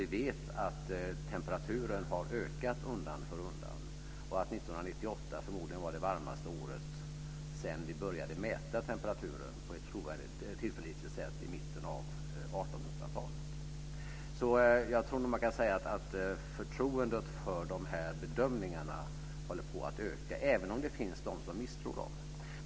Vi vet att temperaturen har ökat undan för undan och att 1998 förmodligen var det varmaste året sedan vi började mäta temperaturen på ett tillförlitligt sätt i mitten av 1800-talet. Jag tror att man kan säga att förtroendet för de här bedömningarna håller på att öka, även om det finns de som misstror dem.